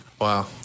Wow